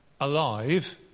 alive